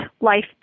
life